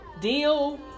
deal